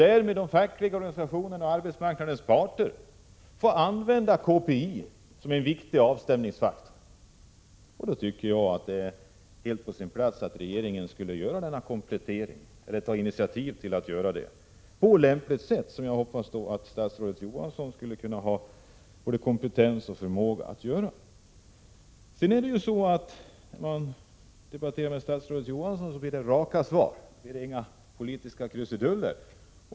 Därmed får de fackliga organisationerna och arbetsmarknadens parter använda KPI som en viktig avstämningsfaktor. Det är på sin plats att regeringen skulle göra denna komplettering eller ta initiativ till att göra detta på lämpligt sätt. Jag hoppas att statsrådet Johansson skulle ha både kompetens och förmåga att göra det. När man debatterar med statsrådet Johansson får man raka svar och det blir inga politiska krusiduller.